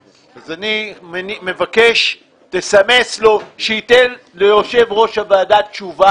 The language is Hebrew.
אני מבקש שתסמס לו שייתן ליושב ראש הוועדה תשובה